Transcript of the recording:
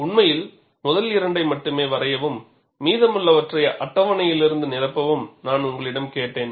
உண்மையில் முதல் இரண்டை மட்டுமே வரையவும் மீதமுள்ளவற்றை அட்டவணைலிருந்து நிரப்பவும் நான் உங்களிடம் கேட்டேன்